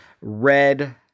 red